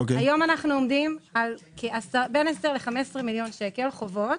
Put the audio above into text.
היום אנו עומדים על בין 10 ל-15 מיליון שקל חובות.